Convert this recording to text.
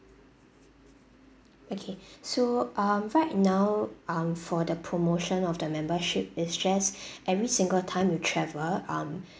okay so um right now um for the promotion of the membership is just every single time you travel um